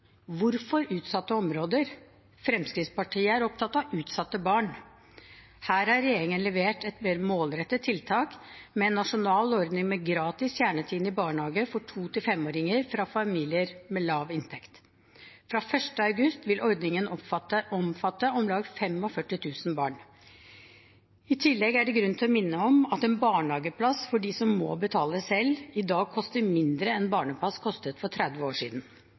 Hvorfor utsatte områder? Fremskrittspartiet er opptatt av utsatte barn. Her har regjeringen levert et mer målrettet tiltak, med en nasjonal ordning med gratis kjernetid i barnehager for to–femåringer fra familier med lav inntekt. Fra 1. august vil ordningen omfatte om lag 45 000 barn. I tillegg er det grunn til å minne om at en barnehageplass for dem som må betale selv, i dag koster mindre enn barnepass kostet for 30 år siden.